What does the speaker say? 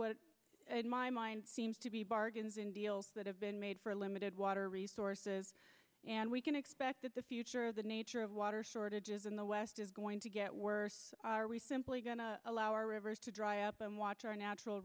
what my mind seems to be bargains in deals that have been made for limited water resources and we can expect that the future of the nature of water shortages in the west is going to get worse are we simply going to allow our rivers to dry up and watch our natural